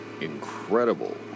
incredible